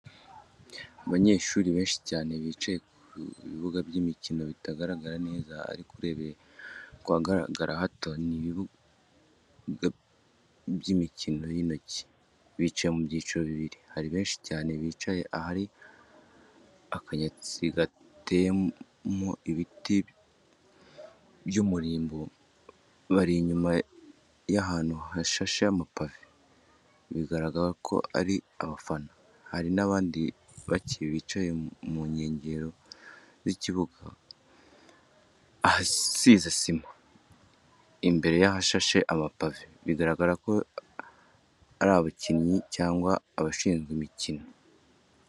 Abanyeshuri benshi cyane bicaye ku bibuga by'imikino bitagaragara neza ariko urebeye ku hagaragara hato ni ibibuga by'imikino y'intoki. Bicaye mu byiciro bibiri, hari benshi cyane bicaye ahari akanyatsi gateyemo ibiti by'umurimbo, bari inyuma y'ahantu hashashe amapave, bigaragara ko ari abafana. Hari n'abandi bake, bicaye mu nkengero z'ibibuga ahasize sima, imbere y'ahashashe amapave, bigaragara ko ari abakinnyi cyangwa abashinzwe imikino.